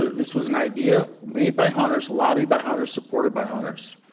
this was an idea made by hunters, lobbied by hunters, supported by hunters.